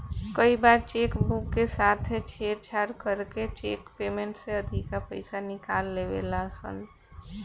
कई बार cheque book के साथे छेड़छाड़ करके चेक पेमेंट से अधिका पईसा निकाल लेवे ला सन